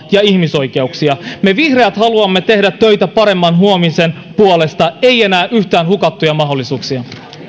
ja ihmisoikeuksia me vihreät haluamme tehdä töitä paremman huomisen puolesta ei enää yhtään hukattuja mahdollisuuksia